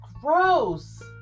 gross